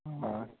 آں